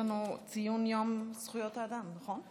נעבור להצעות לסדר-היום בנושא ציון יום זכויות האדם הבין-לאומי,